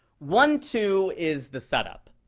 one, two is the setup.